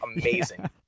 amazing